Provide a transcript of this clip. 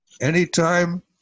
anytime